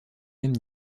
même